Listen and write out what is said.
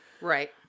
right